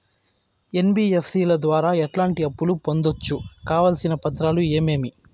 NBFC ల ద్వారా ఎట్లాంటి అప్పులు పొందొచ్చు? కావాల్సిన పత్రాలు ఏమేమి?